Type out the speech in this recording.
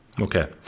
Okay